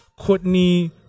Courtney